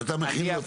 אתה מכין לו?